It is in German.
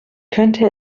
könnte